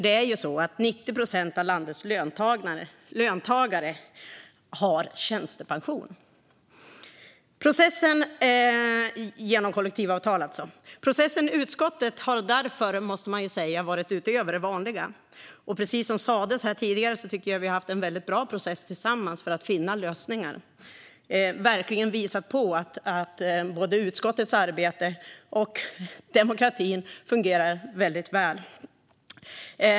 Det är 90 procent av landets löntagare som har tjänstepension genom kollektivavtal. Processen i utskottet har därför varit utöver det vanliga. Precis som sas här tidigare tycker jag att vi har haft en väldigt bra process tillsammans för att finna lösningar. Vi har verkligen visat på att både utskottets arbete och demokratin fungerar väldigt väl.